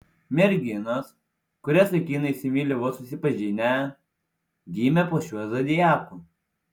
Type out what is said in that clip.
merginos kurias vaikinai įsimyli vos susipažinę gimė po šiuo zodiaku